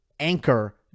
anchor